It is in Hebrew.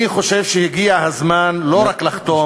אני חושב שהגיע הזמן לא רק לחתום,